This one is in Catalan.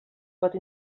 pot